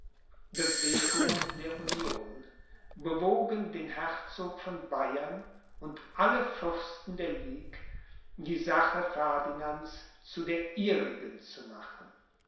bewegungen der union bewogen den herzog von bayern und alle fürsten der ligue die sache ferdinands zu der ihrigen zu machen